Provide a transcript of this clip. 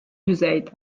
düzeyde